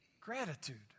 Gratitude